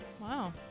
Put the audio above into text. Wow